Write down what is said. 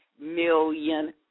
million